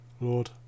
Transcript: Lord